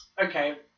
okay